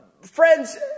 Friends